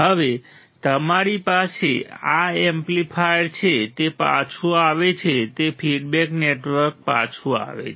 હવે તમારી પાસે આ એમ્પ્લીફાયર છે તે પાછું આવે છે તે ફીડબેક નેટવર્ક પાછું આવે છે